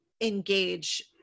engage